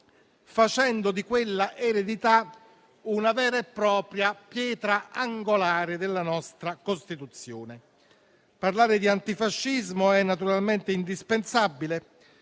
facendo di quella eredità una vera e propria pietra angolare della nostra Costituzione. Parlare di antifascismo è naturalmente indispensabile